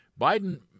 Biden